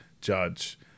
judge